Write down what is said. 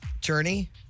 Journey